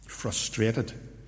Frustrated